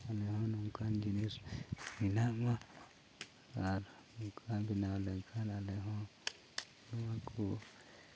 ᱟᱞᱮ ᱦᱚᱸ ᱱᱚᱝᱠᱟᱱ ᱡᱤᱱᱤᱥ ᱵᱮᱱᱟᱜ ᱢᱟ ᱟᱨ ᱱᱚᱝᱠᱟ ᱵᱮᱱᱟᱣ ᱞᱮᱠᱷᱟᱱ ᱟᱞᱮ ᱦᱚᱸ ᱱᱚᱣᱟ ᱠᱚ